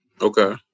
Okay